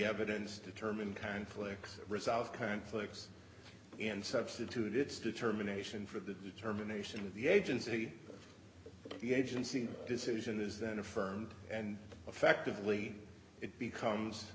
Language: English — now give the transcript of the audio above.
evidence determine conflicts resolve conflicts and substitute its determination for the determination of the agency the agency decision is then affirmed and effectively it becomes